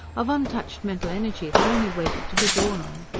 of untouched mental energy that only waited to be drawn on.